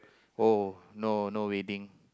oh no no wedding